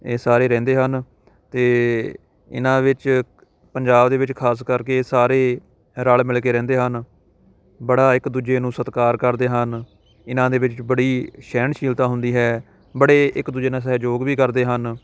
ਇਹ ਸਾਰੇ ਰਹਿੰਦੇ ਹਨ ਅਤੇ ਇਹਨਾਂ ਵਿੱਚ ਪੰਜਾਬ ਦੇ ਵਿੱਚ ਖਾਸ ਕਰਕੇ ਸਾਰੇ ਰਲ ਮਿਲ ਕੇ ਰਹਿੰਦੇ ਹਨ ਬੜਾ ਇੱਕ ਦੂਜੇ ਨੂੰ ਸਤਿਕਾਰ ਕਰਦੇ ਹਨ ਇਹਨਾਂ ਦੇ ਵਿੱਚ ਬੜੀ ਸਹਿਣਸ਼ੀਲਤਾ ਹੁੰਦੀ ਹੈ ਬੜੇ ਇੱਕ ਦੂਜੇ ਨਾਲ ਸਹਿਯੋਗ ਵੀ ਕਰਦੇ ਹਨ